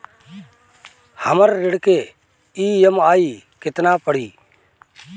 हमर ऋण के ई.एम.आई केतना पड़ी?